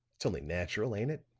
that's only natural, ain't it?